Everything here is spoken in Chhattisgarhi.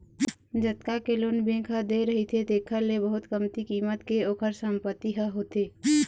जतका के लोन बेंक ह दे रहिथे तेखर ले बहुत कमती कीमत के ओखर संपत्ति ह होथे